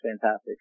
fantastic